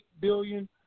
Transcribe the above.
billion